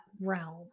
realm